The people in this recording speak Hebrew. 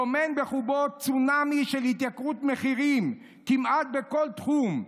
טומן בחובו צונאמי של התייקרות מחירים כמעט בכל תחום,